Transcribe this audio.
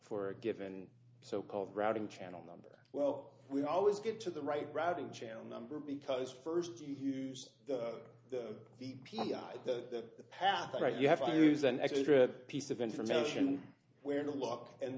a given so called routing channel number well we always get to the right brad and channel number because first you use the p i that path right you have to use an extra piece of information where to look and